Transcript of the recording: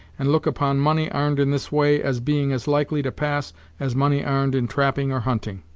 and look upon money arned in this way as being as likely to pass as money arned in trapping or hunting.